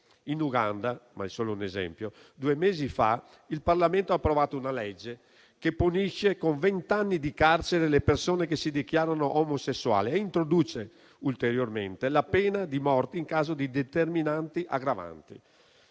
In Uganda - ma è solo un esempio - due mesi fa il Parlamento ha approvato una legge che punisce con vent'anni di carcere le persone che si dichiarano omosessuali, e introduce ulteriormente la pena di morte in caso di determinate aggravanti.